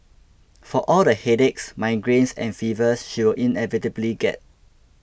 for all the headaches migraines and fevers she will inevitably get